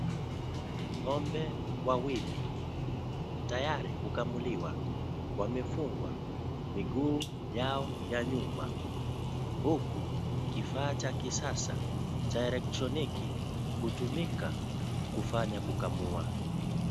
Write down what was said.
Ng'ombe wawili, tayari kukamuliwa. Wamefungwa miguu yao ya nyuma, huku kifaa cha kisasa cha elektroniki kutumika kufanya kukamua.